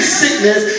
sickness